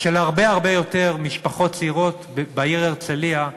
של הרבה הרבה יותר משפחות צעירות בעיר הרצלייה,